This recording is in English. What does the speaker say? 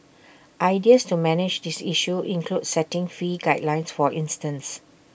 ideas to manage this issue include setting fee guidelines for instance